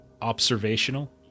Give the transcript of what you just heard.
observational